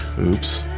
Oops